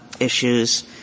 issues